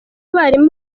abarimu